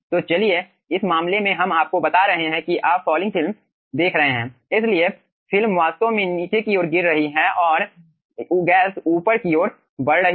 तो चलिए इस मामले में हम आपको बता रहे हैं कि आप फॉलिंग फिल्म देख रहे हैं इसलिए फिल्म वास्तव में नीचे की ओर गिर रही है और गैस ऊपर की ओर बढ़ रही है